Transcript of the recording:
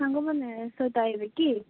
ସାଙ୍ଗମାନେ ସହିତ ଆଇବେ କି